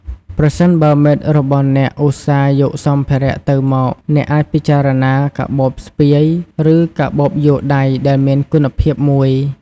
ប្រសិនបើមិត្តរបស់អ្នកឧស្សាហ៍យកសម្ភារៈទៅមក អ្នកអាចពិចារណា កាបូបស្ពាយ ឬកាបូបយួរដៃដែលមានគុណភាពមួយ។